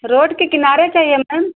road के किनारे चाहिए मैम